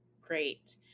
great